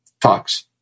talks